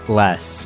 less